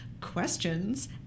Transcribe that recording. questions